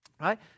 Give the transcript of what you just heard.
right